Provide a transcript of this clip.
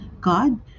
god